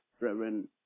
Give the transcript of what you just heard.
Reverend